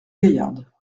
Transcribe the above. gaillarde